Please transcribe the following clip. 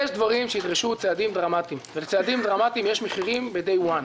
יש דברים שידרשו צעדים דרמטיים ולצעדים דרמטיים יש מחירים מהיום הראשון,